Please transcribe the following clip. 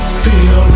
feel